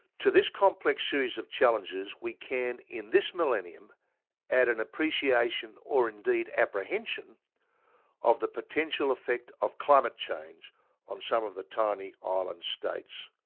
to this complex series of challenges we can in this millennium add an appreciation or indeed apprehension of the potential effect of climate change on some of the tiny ah island states